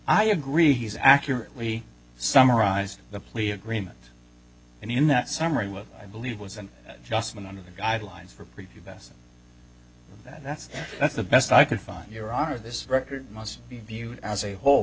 i agree he's accurately summarized the plea agreement and in that summary what i believe was an adjustment under the guidelines for preview best that's that's the best i could find your honor this record must be viewed as a